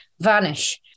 vanish